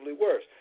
worse